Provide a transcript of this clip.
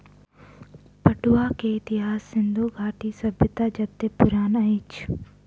पटुआ के इतिहास सिंधु घाटी सभ्यता जेतै पुरान अछि